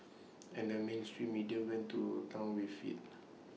and the mainstream media went to Town with IT